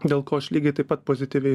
dėl ko aš lygiai taip pat pozityviai